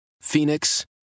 Phoenix